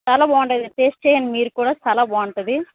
చాలా బాగుంటుందండి టెస్ట్ చెయ్యండి మీరు కూడా చాలా బాగుంటుంది